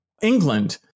England